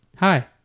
hi